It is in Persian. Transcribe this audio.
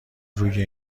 روی